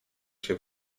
się